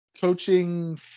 coaching